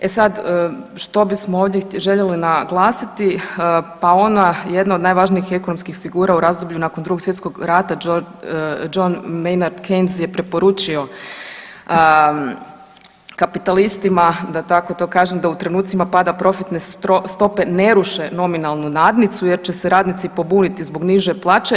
E sad što bismo ovdje željeli naglasiti, pa ona jedna od najvažnijih ekonomskih figura u razdoblju nakon Drugog svjetskog rata John Menard Kenzie je preporučio kapitalistima, da tako to kažem, da u trenucima pada profitne stope ne ruše nominalnu nadnicu jer će se radnici pobuniti zbog niže plaće.